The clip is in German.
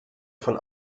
von